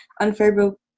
unfavorable